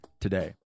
today